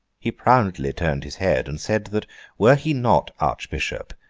he proudly turned his head, and said that were he not archbishop,